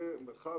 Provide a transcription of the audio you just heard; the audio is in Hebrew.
זה מרחב,